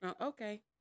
okay